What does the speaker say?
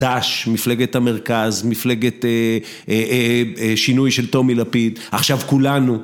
ד"ש, מפלגת המרכז, מפלגת אה.. אה.. שינוי של טומי לפיד, עכשיו כולנו